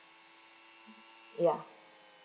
ya